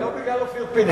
זה לא בגלל אופיר פינס.